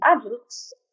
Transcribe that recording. adults